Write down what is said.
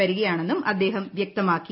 വരികയാണെന്നും അദ്ദേഹം വ്യക്തമാക്കി